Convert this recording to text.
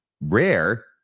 rare